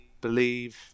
Believe